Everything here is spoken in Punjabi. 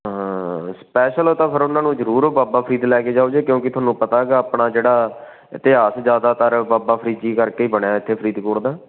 ਹਾਂ ਸਪੈਸ਼ਲ ਤਾਂ ਫਿਰ ਉਹਨਾਂ ਨੂੰ ਜ਼ਰੂਰ ਬਾਬਾ ਫਰੀਦ ਲੈ ਕੇ ਜਾਓ ਜੇ ਕਿਉਂਕਿ ਤੁਹਾਨੂੰ ਪਤਾ ਗਾ ਆਪਣਾ ਜਿਹੜਾ ਇਤਿਹਾਸ ਜ਼ਿਆਦਾਤਰ ਬਾਬਾ ਫਰੀਦ ਜੀ ਕਰਕੇ ਹੀ ਬਣਿਆ ਇੱਥੇ ਫਰੀਦਕੋਟ ਦਾ